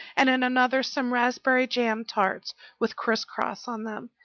and in another some raspberry-jam tarts with crisscross on them,